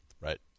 Right